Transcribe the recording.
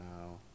no